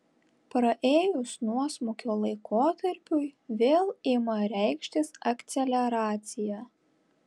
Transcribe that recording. praėjus nuosmukio laikotarpiui vėl ima reikštis akceleracija